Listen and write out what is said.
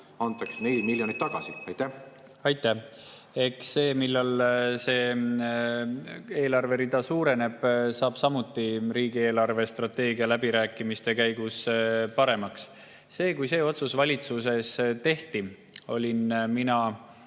need miljonid tagasi? Aitäh! Eks see, millal see eelarverida suureneb, saab samuti riigi eelarvestrateegia läbirääkimiste käigus [selgemaks]. Kui see otsus valitsuses tehti, olin mina